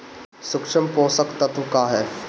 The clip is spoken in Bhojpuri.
सूक्ष्म पोषक तत्व का ह?